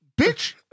Bitch